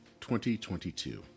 2022